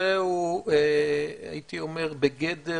הייתי אומר בגדר